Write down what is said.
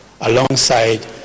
alongside